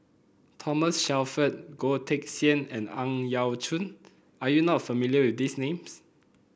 Thomas Shelford Goh Teck Sian and Ang Yau Choon are you not familiar with these names